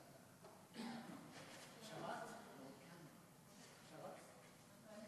ההצעה להעביר את הנושא לוועדת העבודה,